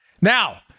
Now